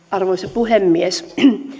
arvoisa puhemies